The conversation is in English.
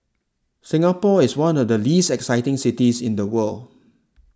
Singapore is one of the least exciting cities in the world